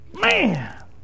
man